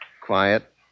Quiet